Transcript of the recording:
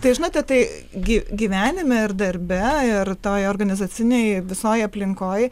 tai žinote tai gi gyvenime ir darbe ir toj organizacinėj visoj aplinkoj